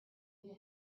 you